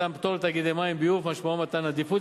מתן פטור לתאגידי מים וביוב משמעו מתן עדיפות